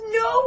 no